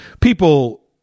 People